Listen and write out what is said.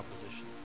opposition